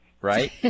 right